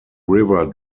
river